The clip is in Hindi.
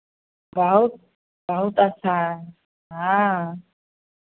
बहुत बहुत अच्छा है हाँ